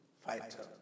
fighter